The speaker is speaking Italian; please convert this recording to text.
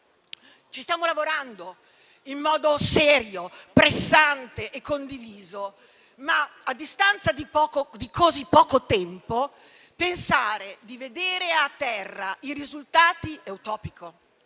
Ci stiamo lavorando, in modo serio, pressante e condiviso, ma, a distanza di così poco tempo, pensare di vedere a terra i risultati è utopico.